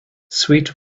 sweet